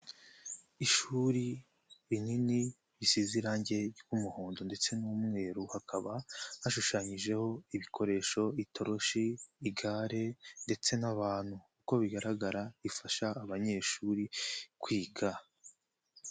Ishuri rinini risize irangi ry'umuhondo ndetse n'umweru. Hakaba hashushanyijeho ibikoresho itoroshi, igare ndetse n'abantu. Nkuko bigaragara ifasha abanyeshuri kwiga.